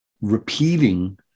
Repeating